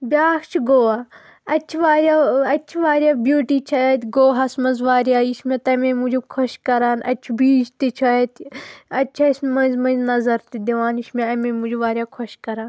بیٛاکھ چھُ گووا اَتہِ چھِ واریاہ اَتہِ چھِ واریاہ بیوٗٹی چھِ اَتہِ گووہس منٛز واریاہ یہِ چھُ مےٚ تَمے موٗجوٗب خۄش کَران اَتہِ چھُ بیٖچ تہِ چھُ اَتہِ اَتہِ چھُ اَسہِ مٔنٛزۍ مٔنٛزۍ نظر تہِ دِوان یہِ چھُ مےٚ اَمے موٗجوٗب واریاہ خۄش کَران